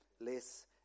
less